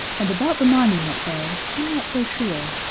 and about the monument, harry, i'm not so sure.